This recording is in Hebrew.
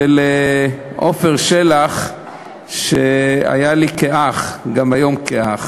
ולעפר שלח שהיה לי כאח, גם היום הוא כאח,